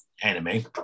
anime